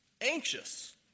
anxious